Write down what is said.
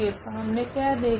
तो हमने का देखा